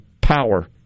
power